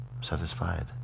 satisfied